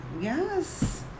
Yes